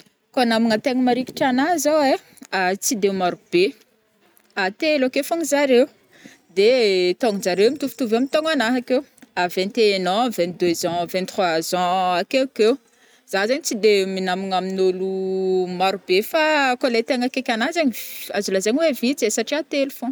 Koa namagna tegna marikitry ana zao ai, tsy de maro be, a telo ake fôgna zare, de taognonjareo mitovitovy am taognona akeo, vingt et un an vingt deux ans vingt trois ans akeokeo, za zegny tsy de minamagna amignôlo maro be fa kô le tegna akaiky ana zegny azo lazaina oe vitsy e satria telo fogna.